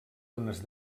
unes